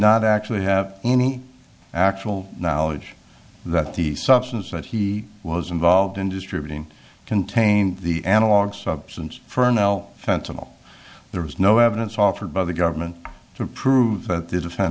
not actually have any actual knowledge that the substance that he was involved in distributing contained the analogue substance for an l sensible there was no evidence offered by the government to prove that th